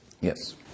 Yes